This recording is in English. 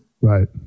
right